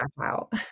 out